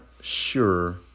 sure